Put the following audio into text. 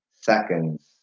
seconds